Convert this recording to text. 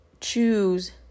choose